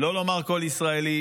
שלא לומר כל ישראלי,